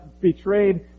betrayed